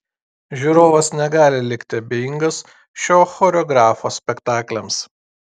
žiūrovas negali likti abejingas šio choreografo spektakliams